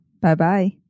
Bye-bye